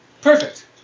Perfect